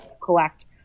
collect